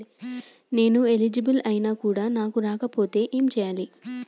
నేను ఎలిజిబుల్ ఐనా కూడా నాకు రాకపోతే ఏం చేయాలి?